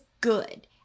good